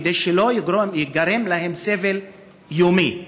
כדי שלא ייגרם להם סבל יומי.